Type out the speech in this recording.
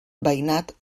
veïnat